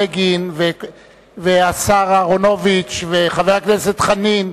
בגין ואהרונוביץ וחבר הכנסת חנין,